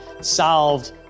solved